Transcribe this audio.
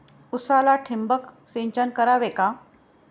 उसाला ठिबक सिंचन करावे का?